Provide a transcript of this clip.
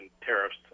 tariffs